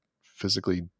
physically